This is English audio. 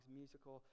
musical